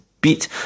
beat